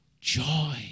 joy